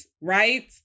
Right